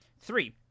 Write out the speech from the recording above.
Three